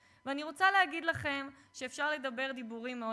ואולי אפשר לקרוא לזה בשם יותר